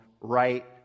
right